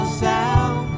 sound